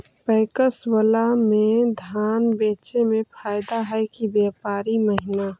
PACS बाला में धान बेचे मे फायदा है कि व्यापारी महिना?